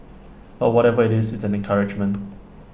but whatever IT is it's an encouragement